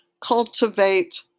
cultivate